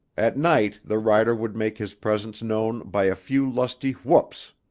at night the rider would make his presence known by a few lusty whoops.